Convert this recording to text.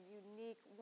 unique